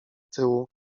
tyłu